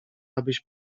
abyś